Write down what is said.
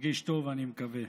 מרגיש טוב, אני מקווה,